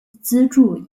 资助